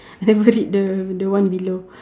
never read the the one below